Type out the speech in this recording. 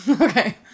okay